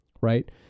right